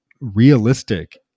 realistic